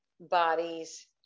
bodies